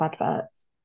adverts